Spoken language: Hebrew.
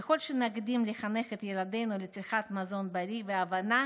ככל שנקדים לחנך את ילדינו לצריכת מזון בריא והבנה